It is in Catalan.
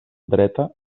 dreta